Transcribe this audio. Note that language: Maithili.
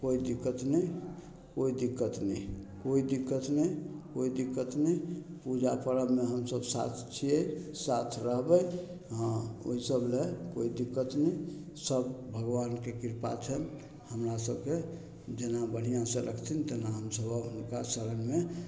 कोइ दिक्कत नहि कोइ दिक्कत नहि कोइ दिक्कत नहि कोइ दिक्कत नहि पूजा पर्वमे हमसब साथ छियै साथ रहबय हँ ओइ सब लए कोइ दिक्कत नहि सब भगवानके कृपा छनि हमरा सबके जेना बढ़िआँसँ रखथिन तेना हमसब हुनका शरणमे